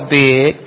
big